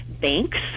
banks